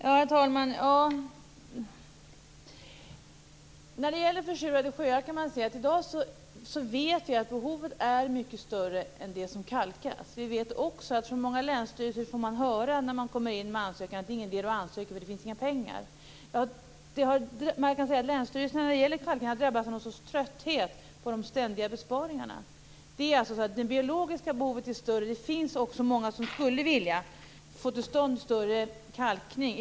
Herr talman! När det gäller försurade sjöar kan man säga att vi vet att behovet att kalka är mycket större än vad som kalkas. Från många länsstyrelser får man höra när man kommer in med ansökan att det inte är någon idé att ansöka, för det finns inga pengar. Länsstyrelserna har drabbats av någon sorts trötthet på de ständiga besparingarna. Det biologiska behovet är större. Det finns också många som skulle vilja få till stånd större kalkning.